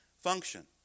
function